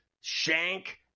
shank